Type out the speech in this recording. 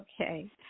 Okay